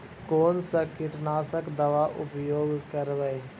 कोन सा कीटनाशक दवा उपयोग करबय?